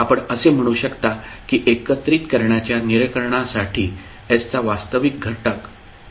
आपण असे म्हणू शकता की एकत्रित करण्याच्या निराकरणासाठी s चा वास्तविक घटक σ σc आहे